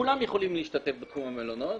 בתחום המלונות,